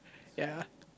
ya